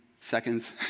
seconds